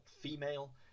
female